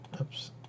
Oops